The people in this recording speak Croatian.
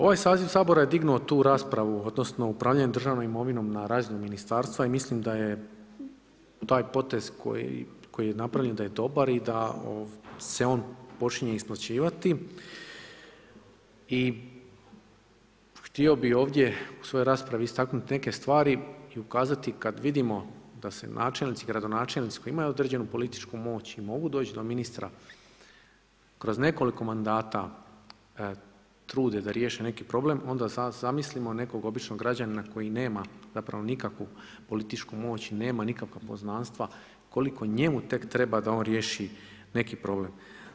Ovaj saziv Sabora je dignuo tu raspravu odnosno upravljanjem državnom imovinom na razinu ministarstva i mislim da je taj potez koji je napravljen da je dobar i da se on počinje isplaćivati i htio bih ovdje u svojoj raspravi istaknuti neke stvari i ukazati kad vidimo da se načelnici, gradonačelnici koji imaju određenu političku moć i mogu doći do ministra kroz nekoliko mandata trude da riješe neki problem onda zamislimo nekog običnog građanina koji nema nikakvu političku moć i nema nikakva poznanstva koliko njemu tek treba da on riješi neki problem.